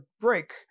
break